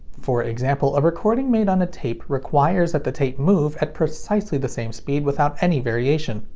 for example, a recording made on a tape requires that the tape move at precisely the same speed without any variation,